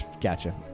Gotcha